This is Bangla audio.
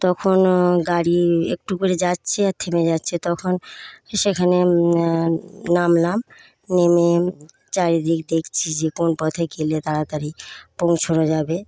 তখনও গাড়ি একটু করে যাচ্ছে আর থেমে যাচ্ছে তখন সেখানে নামলাম নেমে চারিদিক দেখছি যে কোন পথে গেলে তাড়াতাড়ি পৌঁছোনো যাবে